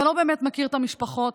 אתה לא באמת מכיר את המשפחות,